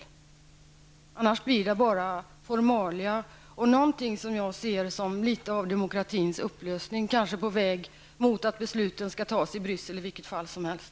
Annars blir det bara formalia och något som jag ser som litet av demokratins upplösning, kanske på vägen mot att besluten skall fattas i Bryssel i vilket fall som helst.